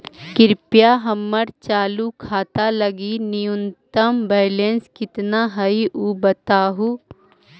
कृपया हमर चालू खाता लगी न्यूनतम बैलेंस कितना हई ऊ बतावहुं